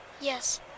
Yes